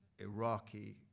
Iraqi